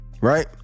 right